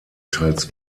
teils